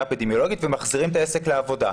האפידמיולוגית ומחזירים את העסק לעבודה.